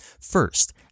First